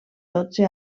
dotze